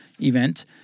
event